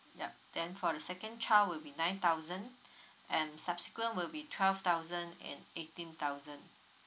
yup then for the second child will be nine thousand and subsequent will be twelve thousand and eighteen thousand